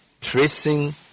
tracing